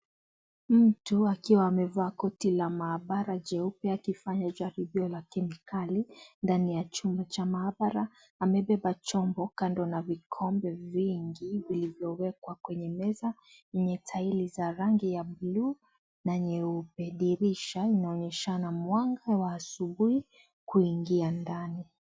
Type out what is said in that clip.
Mtu akiwa amevaa koti la maabara, jeupe, akifanya jaribio la kemikali, ndani ya chumba cha maabara, amebeba chombo kando na vikombe vingi vilivyowekwa kwenye meza, yenye tairi za rangi ya blue na nyeupe. Dirisha inaonyeshana mwanga wa asubuhi kuingia ndani.